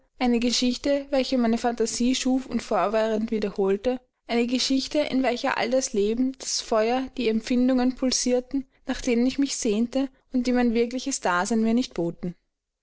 eine geschichte welche meine phantasie schuf und fortwährend wiederholte eine geschichte in welcher all das leben das feuer die empfindungen pulsierten nach denen ich mich sehnte und die mein wirkliches dasein mir nicht boten